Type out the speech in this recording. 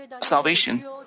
salvation